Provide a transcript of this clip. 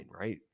Right